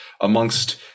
amongst